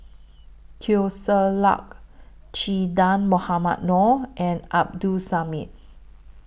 Teo Ser Luck Che Dah Mohamed Noor and Abdul Samad